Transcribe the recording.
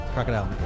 Crocodile